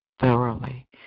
thoroughly